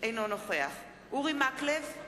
אינו נוכח אורי מקלב,